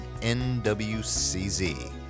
NWCZ